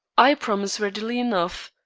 i promise readily enough,